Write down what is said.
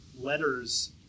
letters